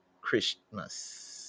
Christmas